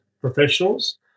professionals